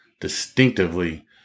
distinctively